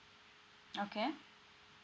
okay